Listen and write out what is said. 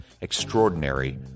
Extraordinary